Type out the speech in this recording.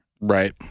Right